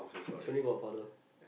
so only got her father